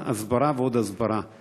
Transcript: הסברה, הסברה ועוד הסברה.